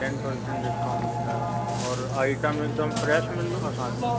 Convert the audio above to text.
ten percent discount ॾींदा आहियो और आईटम हिकदमि फ़्रैश मिलंदो असांखे